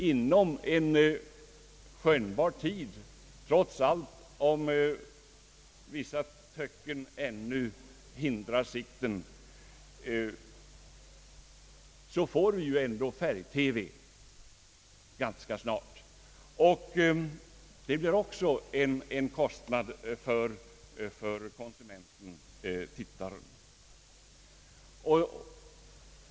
Inom en skönjbar tid, trots att vissa töcken ännu skymmer sikten, får vi ju ändå färg TV, och detta medför också en kostnad för konsumententtittaren.